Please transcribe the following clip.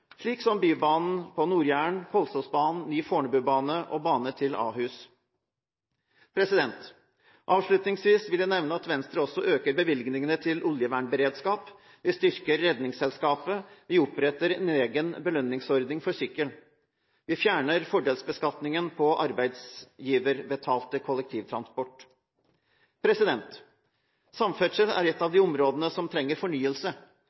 slik som bybanen på Nord-Jæren, Kolsåsbanen, ny Fornebubane og bane til Ahus. Avslutningsvis vil jeg nevne at Venstre også øker bevilgningene til oljevernberedskap, vi styrker Redningsselskapet, vi oppretter en egen belønningsordning for sykkel og vi fjerner fordelsbeskatningen på arbeidsgiverbetalte kort for kollektivtransport. Samferdsel er et av de områdene som trenger fornyelse,